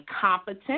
competent